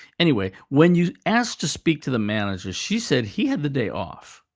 anyway, when you asked to speak to the manager, she said he had the day off.